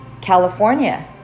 California